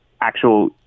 actual